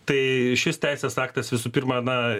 tai šis teisės aktas visų pirma na